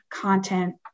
content